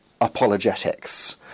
apologetics